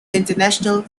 international